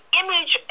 image